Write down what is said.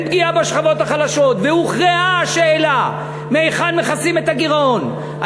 פגיעה בשכבות החלשות והוכרעה השאלה מהיכן מכסים את הגירעון,